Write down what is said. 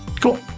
Cool